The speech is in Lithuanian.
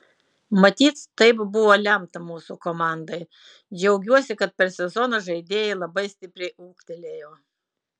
matyt taip buvo lemta mūsų komandai džiaugiuosi kad per sezoną žaidėjai labai stipriai ūgtelėjo